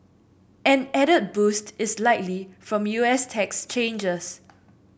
an added boost is likely from U S tax changes